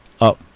up